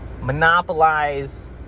monopolize